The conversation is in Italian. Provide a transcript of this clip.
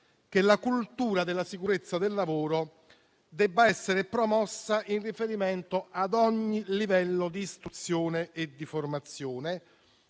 che la cultura della sicurezza del lavoro sia promossa in riferimento ad ogni livello di istruzione e di formazione,